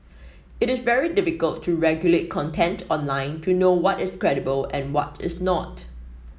it is very difficult to regulate content online to know what is credible and what is not